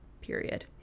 period